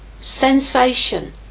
sensation